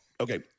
Okay